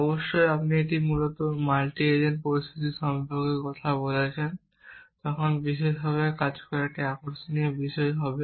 অবশ্যই যখন আপনি মূলত মাল্টি এজেন্ট পরিস্থিতি সম্পর্কে কথা বলছেন তখন বিশেষভাবে কাজ করা একটি আকর্ষণীয় বিষয় হবে